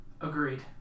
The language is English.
Agreed